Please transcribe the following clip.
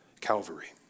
Calvary